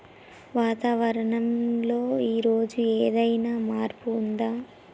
వాతావరణం లో ఈ రోజు ఏదైనా మార్పు ఉందా?